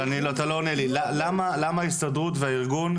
מה המלחמה הגדולה של ההסתדרות והארגון?